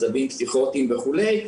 מצבים פסיכוטיים וכולי,